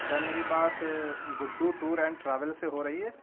کیا میری بات گڈو ٹور اینڈ ٹراویل سے ہو رہی ہے